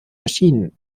erschienen